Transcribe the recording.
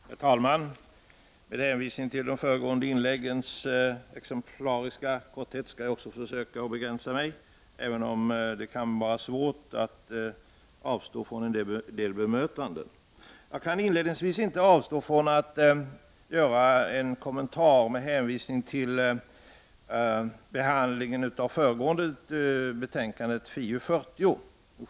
Herr talman! Med hänvisning till de föregående inläggens exemplariska korthet skall jag också försöka begränsa mig, även om det kan vara svårt att avstå från en del bemötanden. Inledningsvis kan jag inte låta bli att anknyta till behandlingen av föregående betänkande, FiU40.